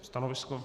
Stanovisko?